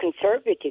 conservative